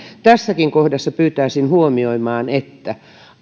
tässäkin kohdassa pyytäisin huomioimaan että